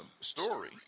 story